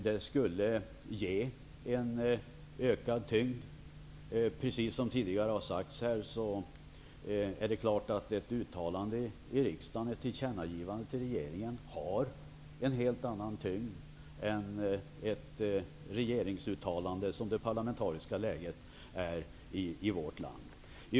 Det skulle ge en ökad tyngd åt resonemangen. Det är klart att ett uttalande i riksdagen -- ett tillkännagivande till regeringen -- har en helt annan tyngd än ett regeringsuttalande i det parlamentariska läge vårt land är i.